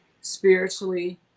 spiritually